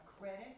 credit